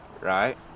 right